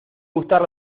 gustar